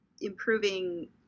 improving